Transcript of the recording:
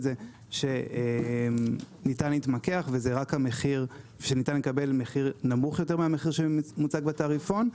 זה שניתן להתמקח ושניתן לקבל מחיר נמוך יותר מהמחיר שמוצג בתעריפון.